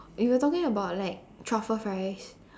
if you're talking about like truffle fries